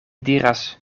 diras